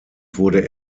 wurde